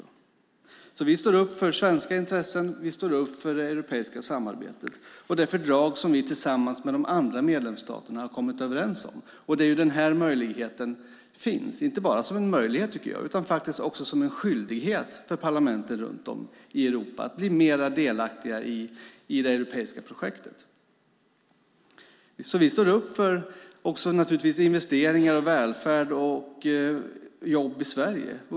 Vi står alltså upp för svenska intressen. Vi står upp för det europeiska samarbetet och de fördrag som vi tillsammans med de andra medlemsstaterna har kommit överens om. Det är här möjligheten finns - inte bara som en möjlighet, tycker jag, utan faktiskt också som en skyldighet för parlamenten runt om i Europa att bli mer delaktiga i det europeiska projektet. Vi står naturligtvis upp för investeringar, välfärd och jobb i Sverige.